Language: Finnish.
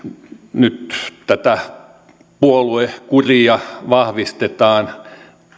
nyt tätä puoluekuria vahvistetaan